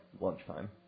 lunchtime